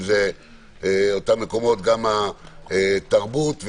אם זה מקומות תרבות,